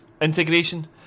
integration